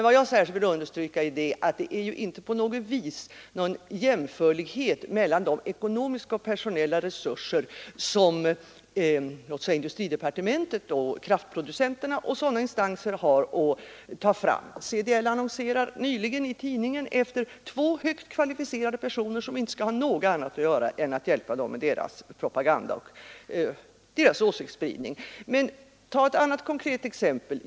Vad jag särskilt vill understryka är att det inte på något vis finns jämförlighet i fråga om ekonomiska och personella resurser mellan låt oss säga industridepartementet och kraftproducenterna och liknande instanser. CDL annonserade nyligen i tidningarna efter två högt kvalificerade personer som inte skall ha annat att göra än att hjälpa CDL med dess propaganda och åsiktsspridning. Vi kan ta ett annat konkret exempel.